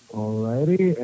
Alrighty